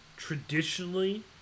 Traditionally